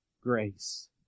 grace